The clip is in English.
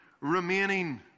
remaining